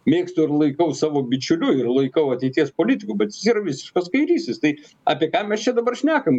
mėgstu ir laikau savo bičiuliu ir laikau ateities politiku bet jis yra visiškas kairysis tai apie ką mes čia dabar šnekam